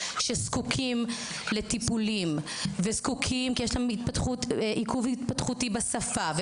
שזקוקים לטיפולים כי יש להם עיכובים התפתחותיים בשפה,